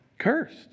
cursed